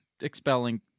expelling